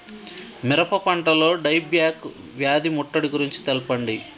మిరప పంటలో die back వ్యాధి ముట్టడి గురించి తెల్పండి?